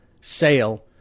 sale